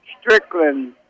Strickland